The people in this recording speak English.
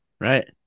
Right